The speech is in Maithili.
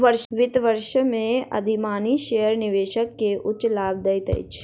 वित्त वर्ष में अधिमानी शेयर निवेशक के उच्च लाभ दैत अछि